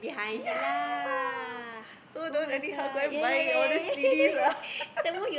ya so don't anyhow go and buy all these C_Ds ah